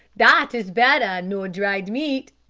dat is better nor dried meat,